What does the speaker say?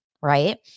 right